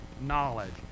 knowledge